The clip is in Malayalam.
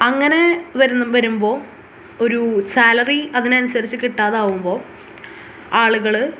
അങ്ങനെ വരുന്ന വരുമ്പോൾ ഒരു സാലറി അതിനനുസരിച്ച് കിട്ടാതാകുമ്പോൾ ആളുകൾ